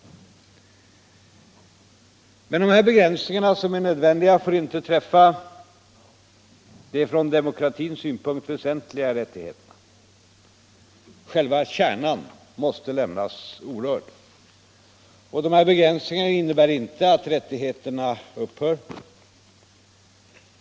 Men de här begränsningarna, som är nödvändiga, får inte träffa de från demokratins synpunkt väsentliga rättigheterna. Själva kärnan måste lämnas orörd. Och begränsningarna innebär inte att rättigheterna upphör.